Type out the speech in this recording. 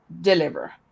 deliver